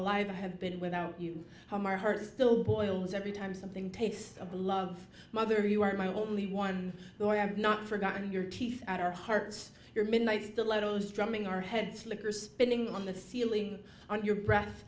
alive i have been without you how my heart still boils every time something tastes of love mother you are my only one who i have not forgotten your teeth our hearts your midnight stilettos drumming our heads flicker spinning on the ceiling on your breath